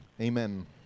Amen